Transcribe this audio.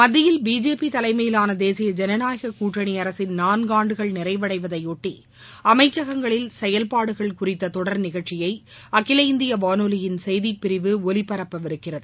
மத்தியில் பிஜேபி தலைமையிலான தேசிய ஜனநாயக கூட்டணி அரசு நாள்காண்டுகள் நிறைவடைவதையொட்டி அமைச்சகங்களில் செயல்பாடுகள் குறித்த தொடர் நிகழ்ச்சியை அகில இந்திய வானொலியின் செய்திப்பிரிவு ஒலிப்பரப்பவிருக்கிறது